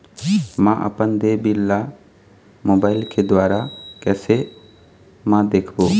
म अपन देय बिल ला मोबाइल के द्वारा कैसे म देखबो?